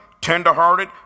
tenderhearted